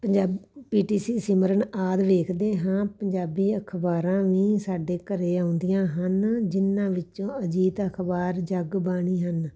Punjab P T C Simran ਆਦਿ ਵੇਖਦੇ ਹਾਂ ਪੰਜਾਬੀ ਅਖ਼ਬਾਰਾਂ ਵੀ ਸਾਡੇ ਘਰ ਆਉਂਦੀਆਂ ਹਨ ਜਿਨ੍ਹਾਂ ਵਿੱਚੋਂ ਅਜੀਤ ਅਖ਼ਬਾਰ ਜੱਗ ਬਾਣੀ ਹਨ